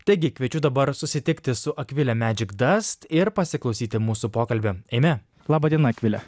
taigi kviečiu dabar susitikti su akvile medžikdast ir pasiklausyti mūsų pokalbio eime laba diena akvile